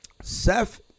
Seth